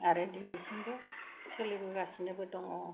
आरो दिनैसिमबो सोलिबोगासिनोबो दङ